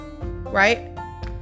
right